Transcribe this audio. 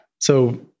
So-